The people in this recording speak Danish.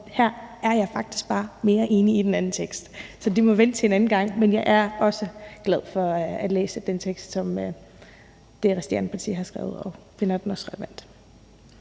her er jeg faktisk bare mere enig i den anden vedtagelsestekst, så det må vente til en anden gang. Men jeg er også glad for at læse den vedtagelsestekst, som de resterende partier har skrevet, og finder den også relevant.